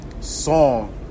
song